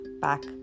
back